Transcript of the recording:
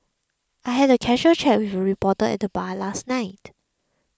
I had a casual chat with a reporter at bar last night